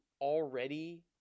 already